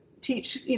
teach